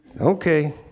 Okay